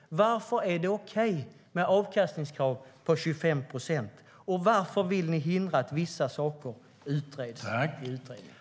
Varför är det okej med avkastningskrav på 25 procent? Varför vill ni hindra att vissa saker utreds i utredningen?